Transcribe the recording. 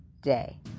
day